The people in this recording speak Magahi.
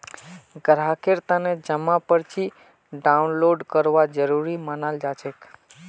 ग्राहकेर तने जमा पर्ची डाउनलोड करवा जरूरी मनाल जाछेक